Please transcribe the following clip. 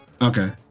Okay